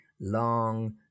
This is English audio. long